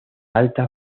alta